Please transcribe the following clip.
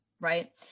right